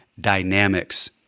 dynamics